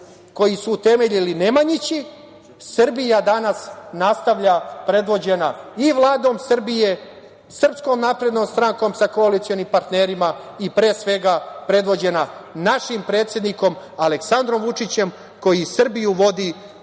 koji su utemeljili Nemanjići, Srbija danas nastavlja predvođena i Vladom Srbije, SNS sa koalicionim partnerima i pre svega predvođena našim predsednikom Aleksandrom Vučićem koji Srbiju vodi u